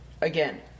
Again